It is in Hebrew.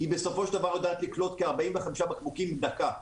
היא בסופו של דבר יודעת לקלוט כ-45 בקבוקים בדקה.